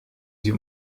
sie